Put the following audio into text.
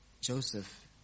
Joseph